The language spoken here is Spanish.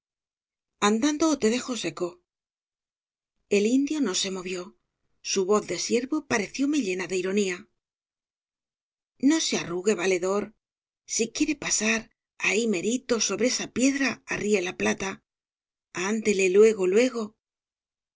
andando ó te dejo seco el indio no se movió su voz de siervo parecióme llena de ironía no se arrugue valedor si quiere pasar ahí mérito sobre esa piedra arríe la plata ándele luego luego